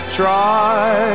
try